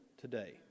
today